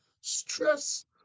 Stress